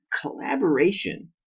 Collaboration